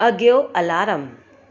अॻियों अलारम